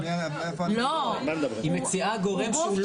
אז מאיפה --- היא מציעה גורם שהוא לא עובד מדינה.